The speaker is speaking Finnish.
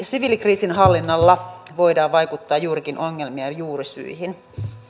siviilikriisinhallinnalla voidaan vaikuttaa juurikin ongelmien juurisyihin